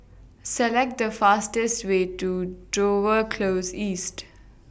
Select The fastest Way to Dover Close East